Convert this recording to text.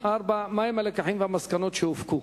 4. מה הם הלקחים והמסקנות שהופקו?